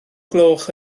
gloch